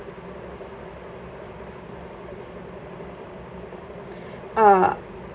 ugh